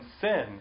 sin